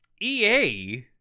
EA